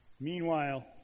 Meanwhile